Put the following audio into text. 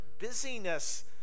busyness